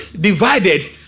divided